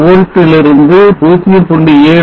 6 volts to 0